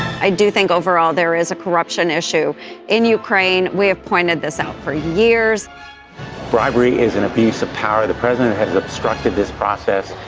i do think overall there is a corruption issue in ukraine. we have pointed this out for years bribery is an abuse of power. the president has obstructed this process.